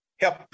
Help